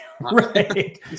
Right